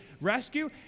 rescue